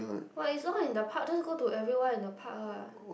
but it's all in the park just go to everywhere in the park lah